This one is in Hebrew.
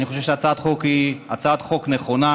אני חושב שהצעת החוק היא הצעת חוק נכונה.